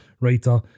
writer